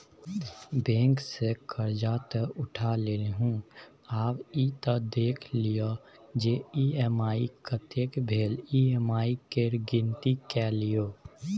bank सँ करजा तँ उठा लेलहुँ आब ई त देखि लिअ जे ई.एम.आई कतेक भेल ई.एम.आई केर गिनती कए लियौ